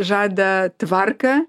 žada tvarką